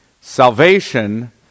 Salvation